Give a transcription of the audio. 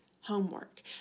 homework